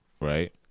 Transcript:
Right